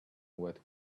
what